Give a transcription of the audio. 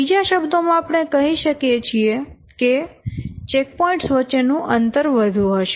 બીજા શબ્દોમાં આપણે કહી શકીએ કે ચેકપોઇન્ટ્સ વચ્ચે નું અંતર વધુ હશે